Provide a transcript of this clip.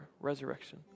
resurrection